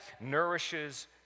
Nourishes